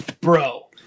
bro